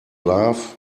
laugh